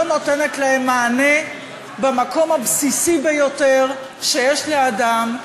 נותנת להן מענה במקום הבסיסי ביותר שיש לאדם,